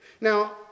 Now